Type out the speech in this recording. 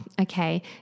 okay